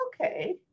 okay